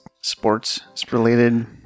sports-related